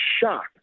shocked